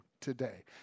today